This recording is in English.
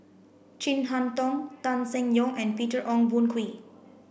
Chin Harn Tong Tan Seng Yong and Peter Ong Boon Kwee